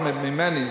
זה סתם ממני,